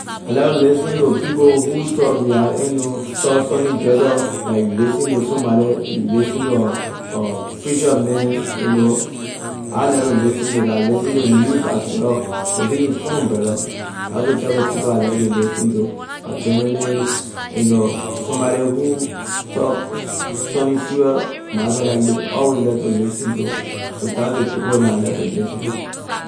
I like to listen to people who talk right you know talk something better la you listen to somebody you listen to preacher man you know I na like to listen to that I listen to news as well to be inform brother that’s ley type of people I like to listen to a journalist you know somebody who talk something serious matter la you will always like to listen to so that’s the people neh I like to listen to.